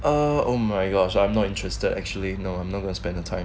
um oh my gosh I'm not interested actually no I'm not gonna spend the time